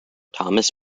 thomas